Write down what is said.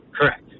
Correct